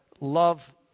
love